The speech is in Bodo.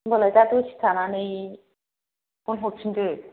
होनबालाय दा दसे थानानै फन हरफिनदो